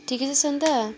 ठिकै छस् अन्त